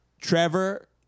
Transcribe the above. Trevor